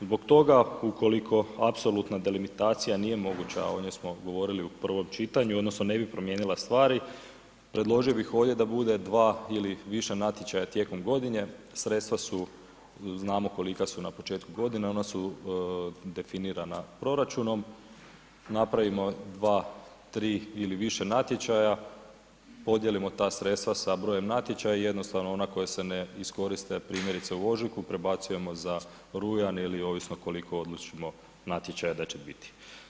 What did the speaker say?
Zbog toga ukoliko apsolutna delimitacija nije moguća, o njoj smo govorili u prvom čitanju odnosno ne bi promijenila stvari, predložio bih ovdje da bude dva ili više natječaja tijekom godine, sredstva su, znamo kolika su na početku godine, ona su definirana proračunom, napravimo dva, tri ili više natječaja, podijelimo ta sredstva sa brojem natječaja i jednostavno ona koja se ne iskoriste, primjerice u ožujku, prebacujemo za rujan ili ovisno koliko odlučimo natječaja da će biti.